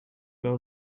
mehr